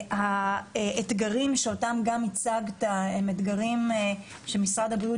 משרד הבריאות הבין את האתגרים שהצגת,